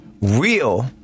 Real